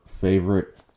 favorite